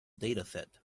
dataset